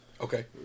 Okay